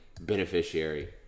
beneficiary